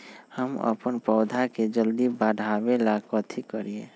हम अपन पौधा के जल्दी बाढ़आवेला कथि करिए?